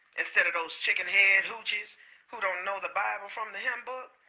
instead of those chicken head hoochies who don't know the bible from the hymn book?